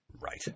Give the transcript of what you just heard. Right